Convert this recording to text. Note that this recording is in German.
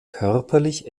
körperlich